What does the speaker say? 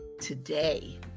today